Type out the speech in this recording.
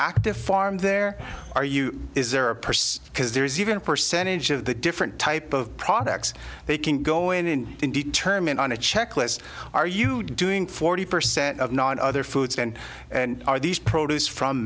active farm there are you is there a person because there is even a percentage of the different type of products they can go in and determine on a checklist are you doing forty percent of non other foods and are these produce from